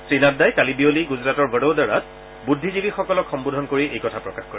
শ্ৰীনাড্ডাই কালি বিয়লি গুজৰাটৰ বড়োদৰাত বুদ্ধীজীৱিসকলক সম্বোধন কৰি এই কথা প্ৰকাশ কৰে